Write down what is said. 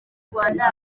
rwanda